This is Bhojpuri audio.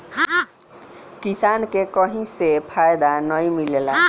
किसान के कहीं से फायदा नाइ मिलेला